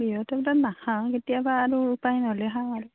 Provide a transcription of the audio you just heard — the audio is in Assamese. বিষৰ টেবলেট নাখাওঁ কেতিয়াবা উপায় নহলে খাওঁ আৰু কেতিয়াবা